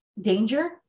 danger